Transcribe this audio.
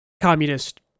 communist